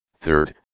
Third